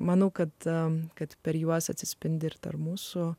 manau kad tam kad per juos atsispindi ir tarp mūsų